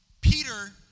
Peter